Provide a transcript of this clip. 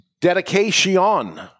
Dedication